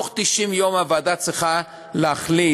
בתוך 90 יום הוועדה צריכה להחליט,